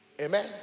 Amen